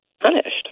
punished